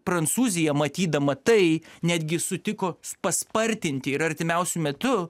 prancūzija matydama tai netgi sutiko paspartinti ir artimiausiu metu